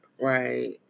Right